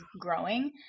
growing